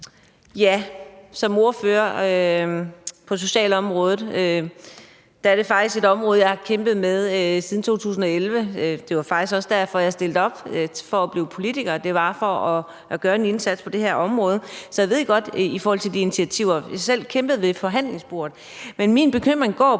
har som ordfører på socialområdet kæmpet med det område siden 2011. Det var faktisk også derfor, jeg stillede op for at blive politiker. Det var for at gøre en indsats på det her område. Så jeg kender godt til de initiativer. Jeg har selv kæmpet ved forhandlingsbordet. Men min bekymring går